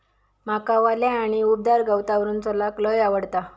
माका वल्या आणि उबदार गवतावरून चलाक लय आवडता